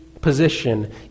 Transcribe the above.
position